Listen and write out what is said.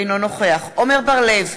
אינו נוכח עמר בר-לב,